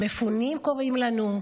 המפונים קוראים לנו,